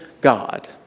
God